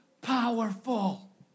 powerful